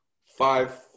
five